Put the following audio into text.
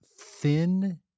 thin